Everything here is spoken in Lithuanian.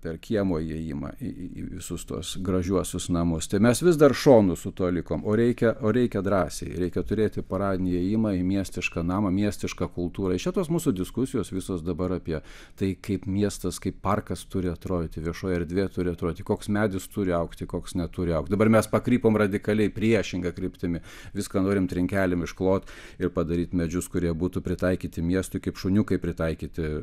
per kiemo įėjimą į į visus tuos gražiuosius namus tai mes vis dar šonu su tuo likom o reikia o reikia drąsiai reikia turėti paradinį įėjimą į miestišką namą miestišką kultūrą iš čia tos mūsų diskusijos visos dabar apie tai kaip miestas kaip parkas turi atrodyti viešoj erdvėj turi atrodyti koks medis turi augti koks neturi augt dabar mes pakrypome radikaliai priešinga kryptimi viską norim trinkelėm išklot ir padaryt medžius kurie būtų pritaikyti miestui kaip šuniukai pritaikyti